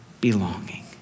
belonging